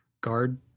guard